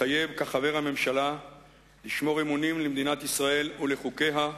מתחייב כחבר הממשלה לשמור אמונים למדינת ישראל ולחוקיה,